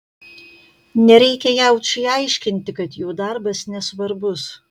nereikia jaučiui aiškinti kad jo darbas nesvarbus